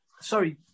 sorry